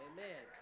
Amen